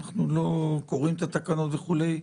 אנחנו לא קוראים את התקנות וכולי,